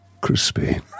crispy